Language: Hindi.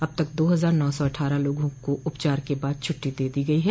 अब तक दो हजार नौ सौ अट्ठारह लोगों को उपचार के बाद छुट्टी दे दी गयी है